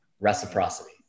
reciprocity